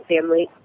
family